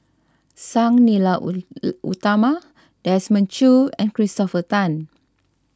Sang Nila Utama Desmond Choo and Christopher Tan